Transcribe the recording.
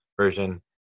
version